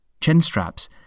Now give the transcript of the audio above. Chinstraps